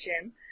gym